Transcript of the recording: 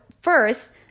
first